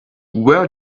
where